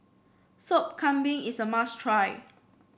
Sop Kambing is a must try